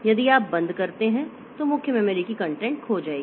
यदि आप बंद करते हैं तो मुख्य मेमोरी की कंटेंट खो जाएगी